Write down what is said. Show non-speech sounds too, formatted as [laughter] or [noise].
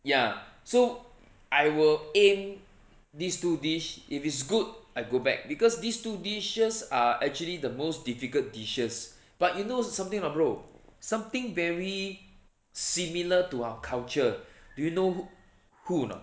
ya so I will aim these two dish if is good I go back because these two dishes are actually the most difficult dishes but you know something or not bro something very similar to our culture [breath] do you know who or not